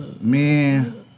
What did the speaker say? Man